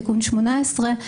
תיקון 18,